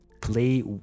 play